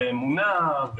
אמונה,